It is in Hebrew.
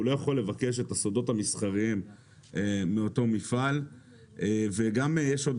הוא לא יכול לבקש את הסודות המסחריים מאותו מפעל וגם יש עוד